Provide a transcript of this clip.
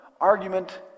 argument